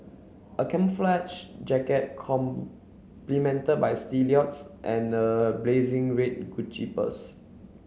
a camouflage jacket complemented by stilettos and a blazing red Gucci purse